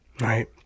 right